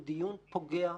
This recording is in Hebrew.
הוא דיון פוגע.